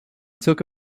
took